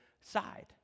side